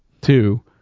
Two